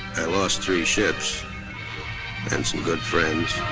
i lost three ships and some good friends.